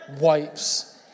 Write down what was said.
wipes